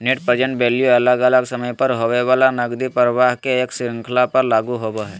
net present value अलग अलग समय पर होवय वला नकदी प्रवाह के एक श्रृंखला पर लागू होवय हई